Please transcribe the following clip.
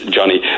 Johnny